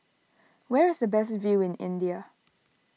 where is the best view in India